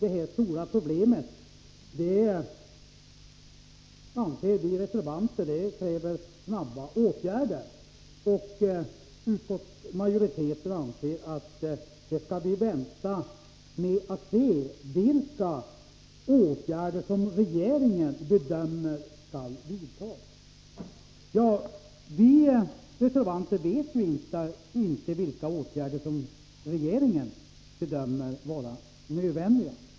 Vi reservanter anser att detta stora problem kräver snara åtgärder, medan utskottsmajoriteten anser att vi skall vänta och se vilka åtgärder som regeringen bedömer skall vidtas. Vi reservanter vet inte vilka åtgärder som regeringen bedömer vara nödvändiga.